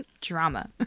Drama